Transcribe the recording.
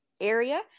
area